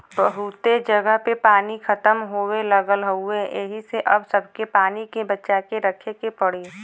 बहुते जगह से पानी खतम होये लगल हउवे एही से अब सबके पानी के बचा के रखे के पड़ी